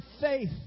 faith